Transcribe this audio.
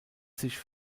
sich